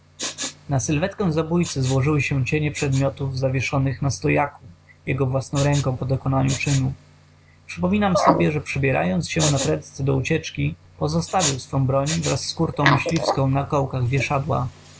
na sylwetę zabójcy złożyły się cienie przedmiotów zawieszonych na stojaku jego własną ręką po dokonaniu czynu przypominam sobie że przebierając się na prędce do ucieczki pozostawił swą broń wraz z kurtą myśliwską na kołkach wieszadła